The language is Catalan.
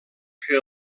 que